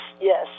yes